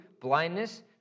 blindness